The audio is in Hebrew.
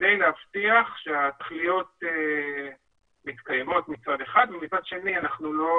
כדי להבטיח שהתכליות מתקיימות מצד אחד ומצד שני אנחנו לא